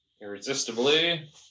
irresistibly